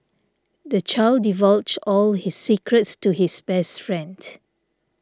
the child divulged all his secrets to his best friend